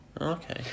okay